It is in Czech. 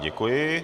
Děkuji.